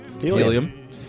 Helium